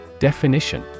Definition